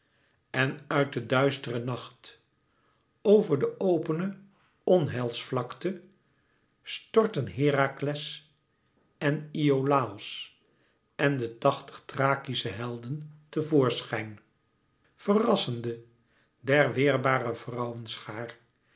en uit de duistere nacht over de opene onheilsvlakte stortten herakles en iolàos en de tachtig thrakische helden te voorschijn verrassende der weerbare vrouwen schaar